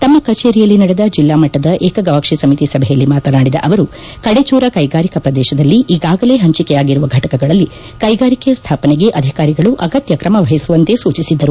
ತಮ್ಮ ಕಚೇರಿಯಲ್ಲಿ ನಡೆದ ಜಿಲ್ಲಾಮಟ್ಟದ ಏಕಗವಾಕ್ಷಿ ಸಮಿತಿ ಸಭೆಯಲ್ಲಿ ಮಾತನಾಡಿದ ಅವರು ಕಡೆಚೂರ ಕೈಗಾರಿಕಾ ಪ್ರದೇಶದಲ್ಲಿ ಈಗಾಗಲೇ ಪಂಚಿಕೆಯಾಗಿರುವ ಘಟಕಗಳಲ್ಲಿ ಕೈಗಾರಿಕೆ ಸ್ಯಾಪನೆಗೆ ಅಧಿಕಾರಿಗಳು ಅಗತ್ಯ ಕ್ರಮವಹಿಸುವಂತೆ ಸೂಚಿಸಿದರು